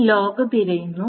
ഈ ലോഗ് തിരയുന്നു